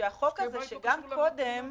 שהחוק הזה, שגם קודם